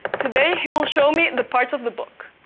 today, he will show me and the parts of the book.